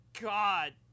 God